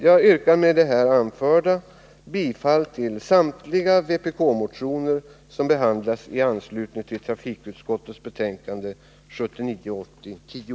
Jag yrkar med det här anförda bifall till samtliga vpk-motioner — beträffande motion 1343 gäller det yrkande 1 — som behandlas i anslutning till trafikutskottets betänkande 1979/80:10.